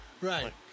right